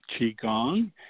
qigong